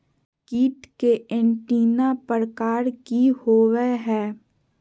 कीट के एंटीना प्रकार कि होवय हैय?